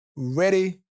ready